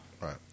Right